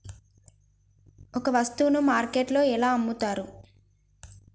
ఒక వస్తువును మార్కెట్లో ఎలా అమ్ముతరు?